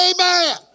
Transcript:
Amen